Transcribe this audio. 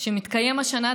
הוא מתקיים השנה,